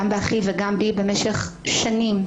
גם באחי וגם בי במשך שנים,